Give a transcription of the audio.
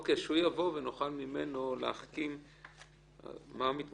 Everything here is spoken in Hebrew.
בעיקר הסתכלנו על מה שכתוב על הפעילות שמוגדרת לבנקים בהוראת המפקחת